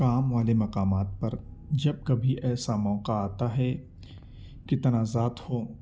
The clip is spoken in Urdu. کام والے مقامات پر جب کبھی ایسا موقع آتا ہے کہ تنازعات ہوں